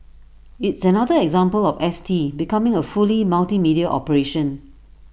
IT is another example of S T becoming A fully multimedia operation